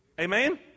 Amen